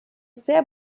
sehr